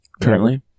currently